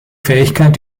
fähigkeit